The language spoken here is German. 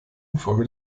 infolge